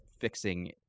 fixing –